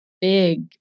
big